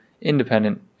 independent